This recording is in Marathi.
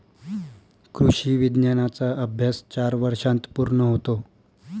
कृषी विज्ञानाचा अभ्यास चार वर्षांत पूर्ण होतो